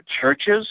churches